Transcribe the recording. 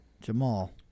Jamal